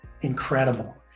incredible